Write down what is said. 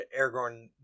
Aragorn